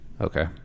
Okay